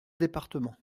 départements